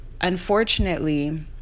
unfortunately